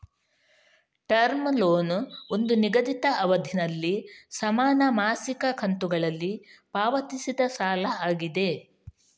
term loan ಒಂದು ನಿಗದಿತ ಅವಧಿನಲ್ಲಿ ಸಮಾನ ಮಾಸಿಕ ಕಂತುಗಳಲ್ಲಿ ಪಾವತಿಸಿದ ಸಾಲ ಆಗಿದೆ